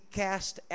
cast